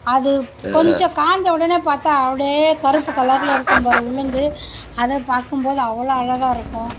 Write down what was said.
அது கொஞ்சம் காஞ்ச உடனே பார்த்தா அப்படியே கருப்பு கலரில் இருக்கும் பார் உளுந்து அதை பார்க்கும்போது அவ்வளோ அழகாக இருக்கும்